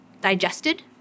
digested